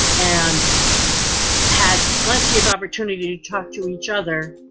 and had plenty of opportunity to talk to each other